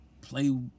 Play